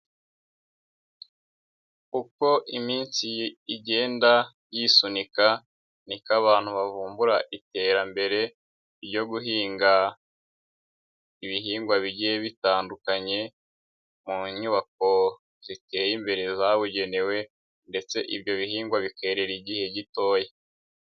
Uko iminsi igenda yisunika ni ko abantu bavumbura iterambere ryo guhinga ibihingwa bigiye bitandukanye, mu nyubako ziteye imbere zabugenewe ndetse ibyo bihingwa bikerera igihe gitoya.